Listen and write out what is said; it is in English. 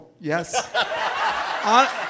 Yes